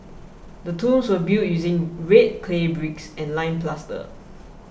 the tombs were built using red clay bricks and lime plaster